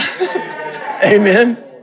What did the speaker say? Amen